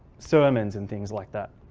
sermons and things like that.